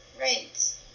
Right